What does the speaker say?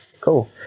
Cool